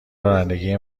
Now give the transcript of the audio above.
رانندگی